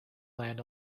land